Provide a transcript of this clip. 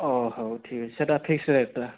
ଠିକ୍ ଅଛି ସେଇଟା ଫିକ୍ସ ରେଟ୍ ଟା